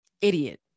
Idiot